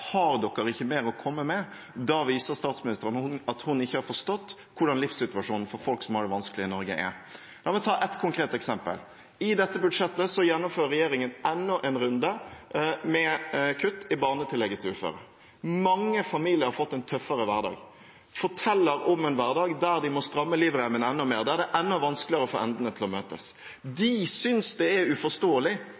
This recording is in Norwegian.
ikke mer å komme med?», viser statsministeren at hun ikke har forstått hvordan livssituasjonen for folk som har det vanskelig i Norge, er. La meg ta et konkret eksempel. I dette budsjettet gjennomfører regjeringen enda en runde med kutt i barnetillegget til uføre. Mange familier har fått en tøffere hverdag, forteller om en hverdag der de må spenne inn livreima enda mer, der det er enda vanskeligere å få endene til å møtes. De